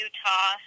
Utah